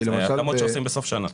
כמוש עושים בסוף שנה.